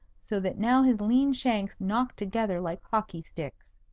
so that now his lean shanks knocked together like hockey-sticks.